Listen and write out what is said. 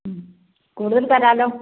മ്മ് കൂടുതൽ തരാലോ